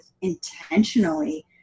intentionally